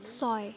ছয়